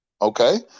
Okay